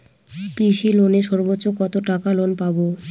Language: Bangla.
কৃষি লোনে সর্বোচ্চ কত টাকা লোন পাবো?